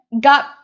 got